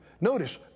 Notice